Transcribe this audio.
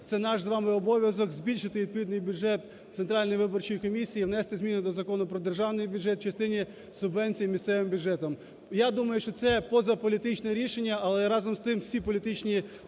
це наш з вами обов'язок – збільшити відповідний бюджет Центральної виборчої комісії, внести зміни до Закону про Державний бюджет в частині субвенції місцевим бюджетам. Я думаю, що це позаполітичне рішення, але разом з тим, всі політичні